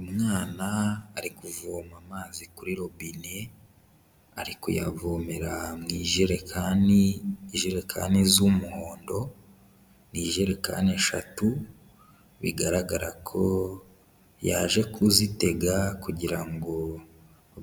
Umwana ari kuvoma amazi kuri robine, ari kuyavomera mu ijerekani, ijerekani z'umuhondo ni ijerekane eshatu, bigaragara ko yaje kuzitega kugira ngo